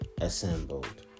assembled